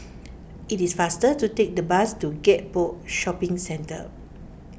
it is faster to take the bus to Gek Poh Shopping Centre